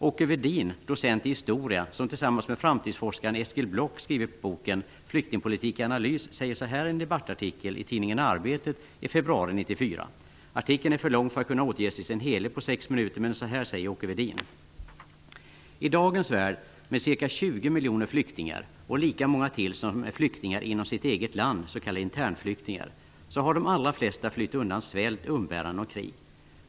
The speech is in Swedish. Åke Wedin, docent i historia, som tillsammans med framtidsforskaren Eskil Block skrivit boken ''Flyktingpolitik i analys'', säger så här i en debattartikel i tidningen Arbetet i februari 1994. Artikeln är för lång för att kunna återges i sin helhet i ett anförande på 6 minuter, men så här säger Åke ''I dagens värld med ca 20 miljoner flyktingar och lika många till som är flyktingar inom sitt eget land, s k internflyktingar, har de allra flesta flytt undan svält, umbäranden och krig.